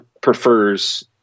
prefers